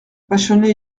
vachonnet